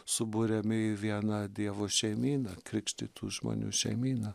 suburiami į vieną dievo šeimyną krikštytų žmonių šeimyną